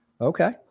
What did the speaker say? Okay